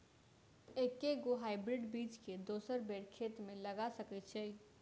एके गो हाइब्रिड बीज केँ दोसर बेर खेत मे लगैल जा सकय छै?